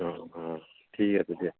অঁ অঁ ঠিক আছে দিয়া